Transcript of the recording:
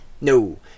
no